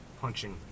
punching